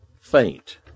faint